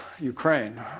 Ukraine